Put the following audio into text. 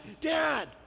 dad